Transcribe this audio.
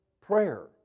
prayer